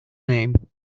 name